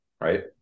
Right